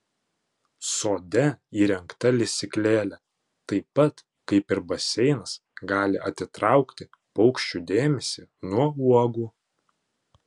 sode įrengta lesyklėlė taip pat kaip ir baseinas gali atitraukti paukščių dėmesį nuo uogų